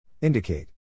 Indicate